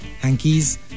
hankies